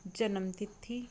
ਜਨਮ ਤਿਥੀ